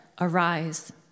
arise